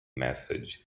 massage